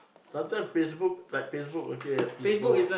last time Facebook like Facebook okay people